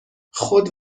خود